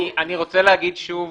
אני רוצה להגיד שוב,